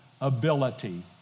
ability